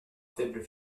faible